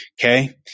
Okay